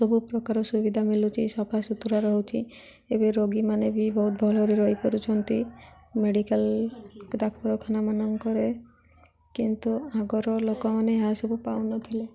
ସବୁ ପ୍ର୍ରକାର ସୁବିଧା ମିଳୁଛି ସଫା ସୁତୁରା ରହୁଛି ଏବେ ରୋଗୀମାନେ ବି ବହୁତ ଭଲରେ ରହିପାରୁଛନ୍ତି ମେଡ଼ିକାଲ୍ ଡାକ୍ତରଖାନା ମାନଙ୍କରେ କିନ୍ତୁ ଆଗର ଲୋକମାନେ ଏହା ସବୁ ପାଉନଥିଲେ